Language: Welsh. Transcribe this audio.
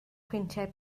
pwyntiau